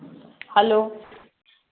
hello